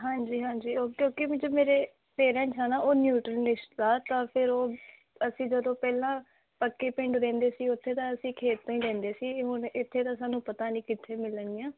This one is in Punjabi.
ਹਾਂਜੀ ਹਾਂਜੀ ਓਕੇ ਓਕੇ ਮੁਝੇ ਮੇਰੇ ਪੇਰੈਂਟਸ ਹੈ ਨਾ ਉਹ ਨਿਊਟਰਲਿਸਟ ਆ ਤਾਂ ਫਿਰ ਉਹ ਅਸੀਂ ਜਦੋਂ ਪਹਿਲਾਂ ਪੱਕੇ ਪਿੰਡ ਰਹਿੰਦੇ ਸੀ ਉੱਥੇ ਤਾਂ ਅਸੀਂ ਖੇਤ ਤੋਂ ਹੀ ਲੈਂਦੇ ਸੀ ਹੁਣ ਇੱਥੇ ਤਾਂ ਸਾਨੂੰ ਪਤਾ ਨਹੀਂ ਕਿੱਥੇ ਮਿਲਣਗੀਆਂ